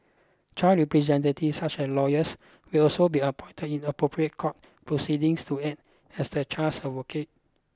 child representatives such as lawyers will also be appointed in appropriate court proceedings to act as the child's advocate